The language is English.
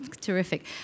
Terrific